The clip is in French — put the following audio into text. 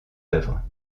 œuvres